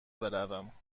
بروم